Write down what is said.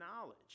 knowledge